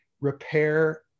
repair